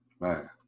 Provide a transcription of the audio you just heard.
Man